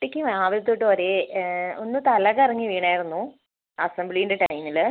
കുട്ടിക്ക് രാവിലെ തൊട്ട് ഒരേ ഒന്ന് തല കറങ്ങി വീണായിരുന്നു അസംബ്ലീന്റെ ടൈമിൽ